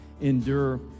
endure